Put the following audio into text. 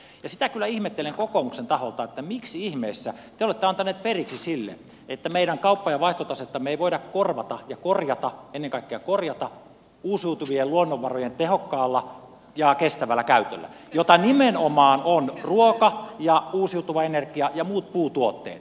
sitä kyllä ihmettelen kokoomuksen taholta miksi ihmeessä te olette antaneet periksi sille että meidän kauppa ja vaihtotasettamme ei voida korvata ja korjata ennen kaikkea korjata uusiutuvien luonnonvarojen tehokkaalla ja kestävällä käytöllä jota nimenomaan ovat ruoka ja uusiutuva energia ja muut puutuotteet